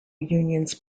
unions